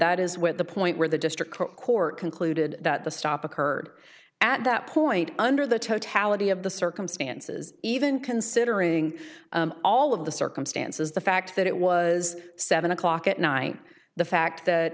that is where the point where the district court concluded that the stop occurred at that point under the totality of the circumstances even considering all of the circumstances the fact that it was seven o'clock at night the fact that